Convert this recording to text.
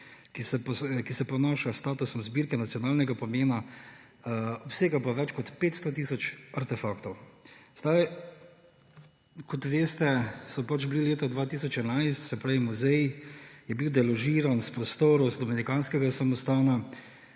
ki se ponaša s statusom zbirke nacionalnega pomena, obsega pa več kot 500 tisoč artefaktov. Kot veste, so bili leta 2011, se pravi, muzej je bil deložiran iz prostorov dominikanskega samostana